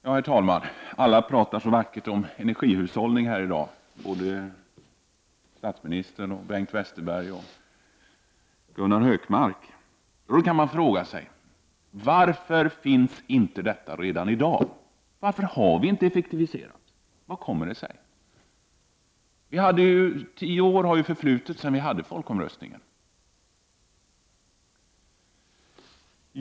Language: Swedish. Herr talman! Alla talar så vackert om energihushållning här i dag, såväl statsministern som Bengt Westerberg och Gunnar Hökmark. Då kan man fråga sig: Varför finns det inte någon energihushållning redan i dag? Varför har vi inte effektiviserat? Hur kommer det sig? Det har ju förflutit tio år sedan folkomröstningen hölls.